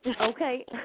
Okay